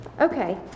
Okay